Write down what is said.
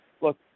Look